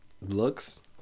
Looks